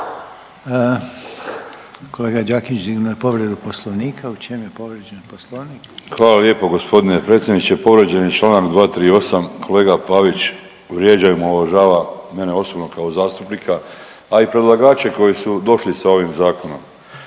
Kolega Đakić digao je povredu Poslovnika. U čem je povrijeđen Poslovnik? **Đakić, Josip (HDZ)** Hvala lijepa gospodine potpredsjedniče. Povrijeđen je članak 238. kolega Pavić vrijeđa i omalovažava mene osobno kao zastupnika, a i predlagače koji su došli sa ovim zakonom.